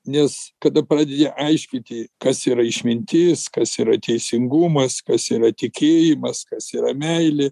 nes kada pradedi aiškinti kas yra išmintis kas yra teisingumas kas yra tikėjimas kas yra meilė